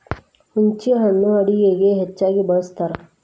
ಹುಂಚಿಹಣ್ಣು ಅಡುಗೆಗೆ ಹೆಚ್ಚಾಗಿ ಬಳ್ಸತಾರ